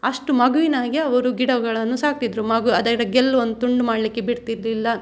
ಅಷ್ಟು ಮಗುವಿನ ಹಾಗೆ ಅವರು ಗಿಡಗಳನ್ನು ಸಾಕ್ತಿದ್ದರು ಮಗು ಅದರ ಗೆಲ್ಲು ಒಂದು ತುಂಡು ಮಾಡಲಿಕ್ಕೆ ಬಿಡ್ತಿರಲಿಲ್ಲ